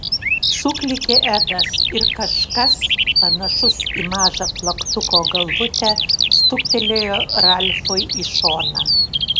suklykė edas ir kažkas panašus į mažą plaktuko galvutę stuktelėjo ralfui į šoną